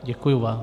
Děkuji vám.